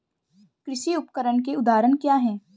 कृषि उपकरण के उदाहरण क्या हैं?